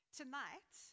tonight